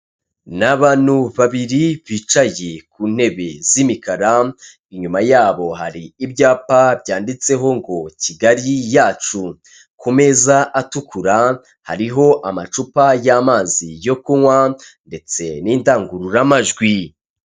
N'abantu babiri bicaye ku ntebe z'imikara inyuma yabo hari ibyapa byanditseho ngo Kigali yacu ku meza atukura hariho amacupa y'amazi yo kunywa ndetse n'indangururamajwi.